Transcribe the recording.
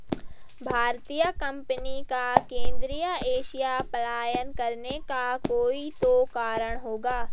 भारतीय कंपनी का केंद्रीय एशिया पलायन करने का कोई तो कारण होगा